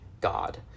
God